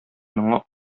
моңа